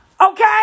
Okay